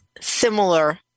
similar